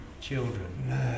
children